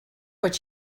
what